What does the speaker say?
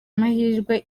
amahirwe